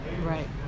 Right